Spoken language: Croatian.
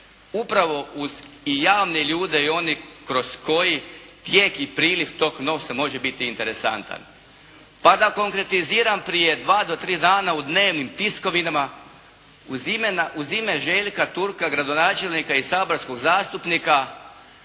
upravo uz javne ljude i one kroz koje tijek i priliv tog novca može biti interesantan. Pa da konkretiziram. Prije dva do tri dana u dnevnim tiskovinama uz ime Željka Turka gradonačelnika i saborskog zastupnika